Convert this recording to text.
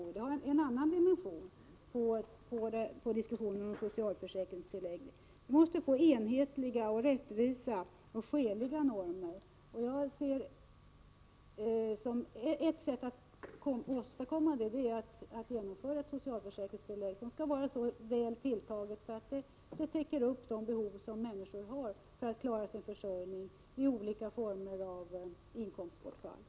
Detta ger en annan dimension åt diskussionen om socialförsäkringstillägget. Vi måste få enhetliga, rättvisa och skäliga normer. Ett sätt att åstadkomma detta är att genomföra ett socialförsäkringstillägg som skall vara så väl tilltaget att det täcker de behov människor har för att klara sin försörjning vid olika former av inkomstbortfall.